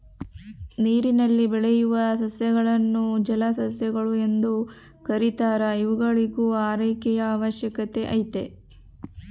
ನೀರಿನಲ್ಲಿ ಬೆಳೆಯುವ ಸಸ್ಯಗಳನ್ನು ಜಲಸಸ್ಯಗಳು ಎಂದು ಕೆರೀತಾರ ಇವುಗಳಿಗೂ ಆರೈಕೆಯ ಅವಶ್ಯಕತೆ ಐತೆ